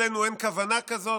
אצלנו אין כוונה כזאת,